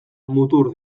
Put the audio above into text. mutur